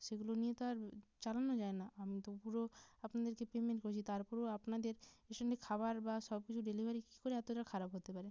সেগুলো নিয়ে তো আর চালানো যায় না আমি তো পুরো আপনাদেরকে পেমেন্ট করেছি তারপরও আপনাদের এর সঙ্গে খাবার বা সব কিছু ডেলিভারি কি করে এতটা খারাপ হতে পারে